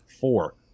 four